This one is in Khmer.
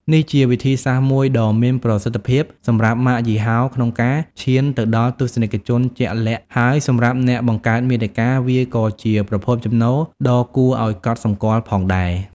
នេះជាវិធីសាស្ត្រមួយដ៏មានប្រសិទ្ធភាពសម្រាប់ម៉ាកយីហោក្នុងការឈានទៅដល់ទស្សនិកជនជាក់លាក់ ហើយសម្រាប់អ្នកបង្កើតមាតិកា វាក៏ជាប្រភពចំណូលដ៏គួរឲ្យកត់សម្គាល់ផងដែរ។